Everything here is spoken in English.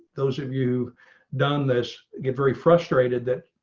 those of you done this get very frustrated that,